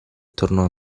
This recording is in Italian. tornò